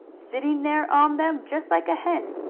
sitting there on them just like a hen.